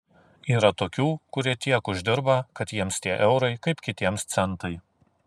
yra tokių kurie tiek uždirba kad jiems tie eurai kaip kitiems centai